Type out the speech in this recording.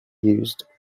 used